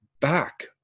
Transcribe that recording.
back